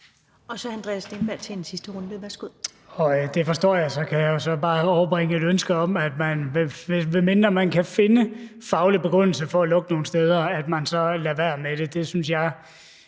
Andreas Steenberg (RV): Det forstår jeg. Så kan jeg bare overbringe et ønske om, at man, medmindre man kan finde faglig begrundelse for at lukke nogle steder, lader være med det.